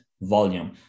volume